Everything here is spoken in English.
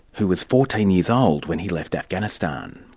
who was fourteen years old when he left afghanistan.